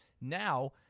now